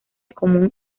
común